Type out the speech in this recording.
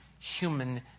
human